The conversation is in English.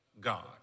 God